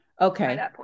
Okay